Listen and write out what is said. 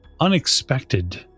Unexpected